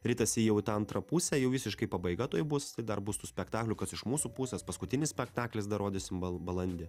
ritasi jau antrą pusę jau visiškai pabaiga tuoj bus dar bus tų spektaklių kas iš mūsų pusės paskutinis spektaklis dar rodysim bal balandį